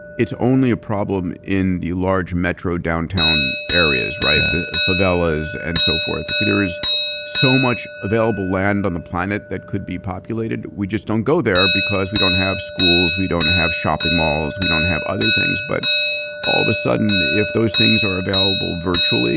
it's only a problem in the large metro downtown areas, the favelas and so forth because there is so much available land on the planet that could be populated. we just don't go there because we don't have schools, we don't have shopping malls, we don't have other things. but all of a sudden if those things are available virtually